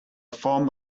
form